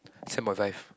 seven point five